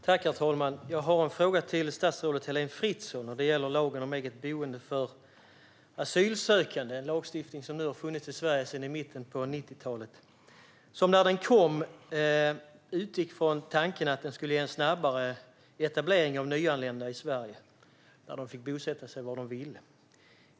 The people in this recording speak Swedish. Herr talman! Jag har en fråga till statsrådet Heléne Fritzon. Det gäller lagen om eget boende för asylsökande, en lagstiftning som har funnits i Sverige sedan mitten av 90-talet. När den kom var tanken att den skulle ge en snabbare etablering av nyanlända i Sverige när de fick bosätta sig var de ville.